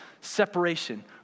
separation